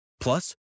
Plus